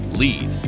lead